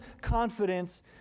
confidence